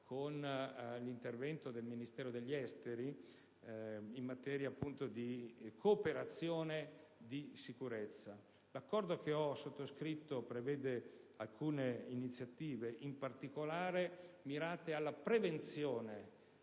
con l'intervento del Ministero degli esteri in materia di cooperazione di sicurezza. L'accordo che ho sottoscritto prevede alcune iniziative, in particolare mirate alla prevenzione